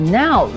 now